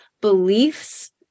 beliefs